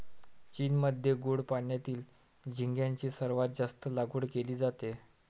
चीनमध्ये गोड पाण्यातील झिगाची सर्वात जास्त लागवड केली जाते